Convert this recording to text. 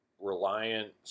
reliant